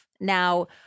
Now